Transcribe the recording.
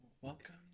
welcome